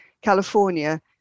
California